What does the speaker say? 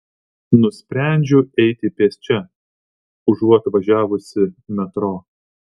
nusprendžiu eiti pėsčia užuot važiavusi metro